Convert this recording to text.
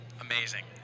amazing